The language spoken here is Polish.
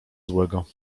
złego